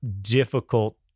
difficult